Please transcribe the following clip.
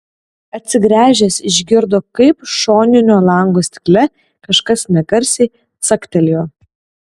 atsigręžęs išgirdo kaip šoninio lango stikle kažkas negarsiai caktelėjo